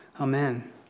Amen